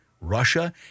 Russia